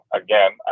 again